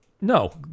No